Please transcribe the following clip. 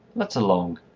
let's along.